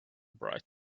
bright